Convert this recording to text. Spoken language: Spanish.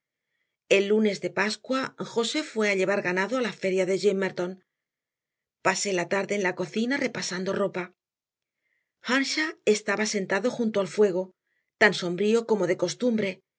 el lunes de pascua josé fue a llevar ganado a la feria de gimmerton pasé la tarde en la cocina repasando ropa earnshaw estaba sentado junto al fuego tan sombrío como de costumbre